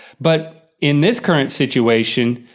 but in this current situation,